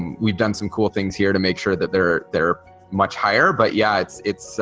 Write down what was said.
we've done some cool things here to make sure that they're they're much higher but yeah it's it's